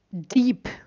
deep